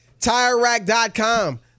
TireRack.com